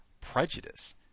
prejudice